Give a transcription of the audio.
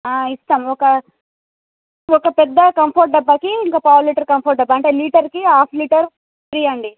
ఇస్తాము ఒక ఒక పెద్ధ కంఫర్ట్ డబ్బాకి ఇంకో పావు లీటర్ కంఫర్ట్ డబ్బా అంటే లీటర్కి హాఫ్ లీటర్ ఫ్రీ అండి